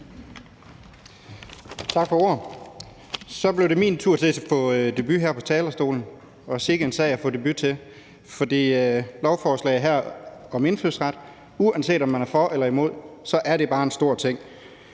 Tak for ordet. Så blev det min tur til at få debut her på talerstolen, og sikke en sag at få debut til. For lovforslag om indfødsret er, uanset om man er for eller imod, bare en stor ting.